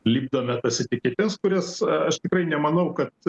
lipdome tas etiketes kurias aš tikrai nemanau kad